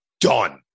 done